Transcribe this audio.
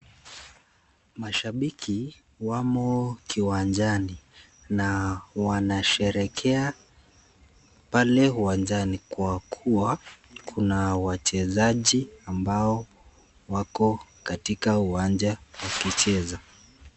Mashabiki wamo kiwanjani na wanasherekea pale uwanjani kwa kuwa kuna wachezaji ambao wako katika uwanja wakicheza.